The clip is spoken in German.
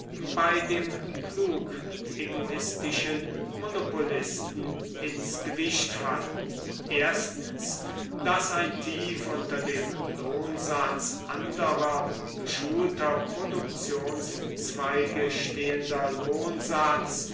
bei dem klug egoistischen monopolisten ins gewicht fallen erstens daß ein tief unter dem lohnsatz anderer geschulter produktionszweige stehender